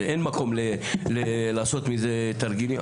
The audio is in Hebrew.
אין מקום לעשות מזה תרגילים,